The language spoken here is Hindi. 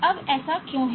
अब ऐसा क्यों है